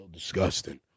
Disgusting